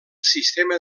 sistema